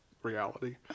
reality